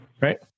right